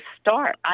start